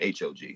HOG